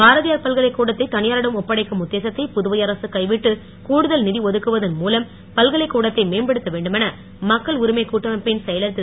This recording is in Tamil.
பாரதியார் பல்கலைக்கூடத்தை தனியாரிடம் ஒப்படைக்கும் உத்தேசத்தை புதுவை அரசு கைவிட்டு கூடுதல் நிதி ஒதுக்குவதன் மூலம் பல்கலைக்கூடத்தை மேம்படுத்த வேண்டுமென மக்கள் உரிமைக் கூட்டமைப்பின் செயலர் திரு